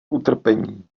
utrpení